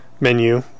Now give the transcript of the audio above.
menu